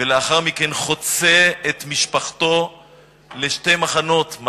ולאחר מכן חוצה את משפחתו לשני מחנות,